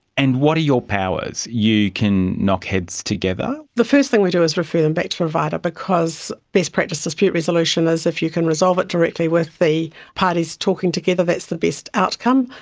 and what are your powers? you can knock heads together? the first thing we do is refer them back to the provider because best practice dispute resolution is if you can resolve it directly with the parties talking together, that's the best outcome.